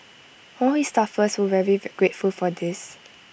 all his staffers were very grateful for this